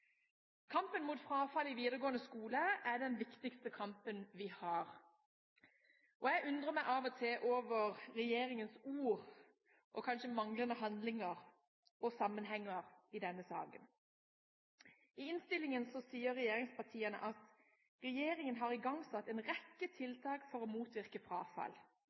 Kampen mot frafall i videregående skole er den viktigste kampen vi har. Jeg undrer meg av og til over regjeringens ord, og kanskje manglende handlinger og sammenhenger, i denne saken. I innstillingen sier regjeringspartiene at «regjeringen har igangsatt en rekke tiltak for å motvirke frafall.